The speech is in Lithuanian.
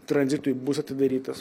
tranzitui bus atidarytas